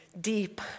deep